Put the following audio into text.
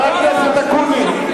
חבר הכנסת אקוניס,